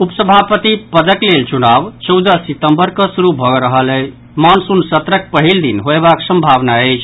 उपसभापति पदक लेल चुनाव चौदह सितम्बर सॅ शुरू भऽ रहल मॉनसून सत्रक पहिन दिन होयबाक संभावना अछि